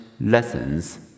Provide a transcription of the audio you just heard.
lessons